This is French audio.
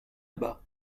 bas